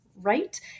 right